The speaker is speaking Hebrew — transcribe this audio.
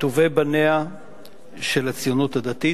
מטובי בניה של הציונות הדתית,